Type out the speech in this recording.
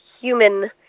human